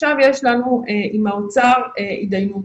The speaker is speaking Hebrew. עכשיו יש לנו עם האוצר התדיינות,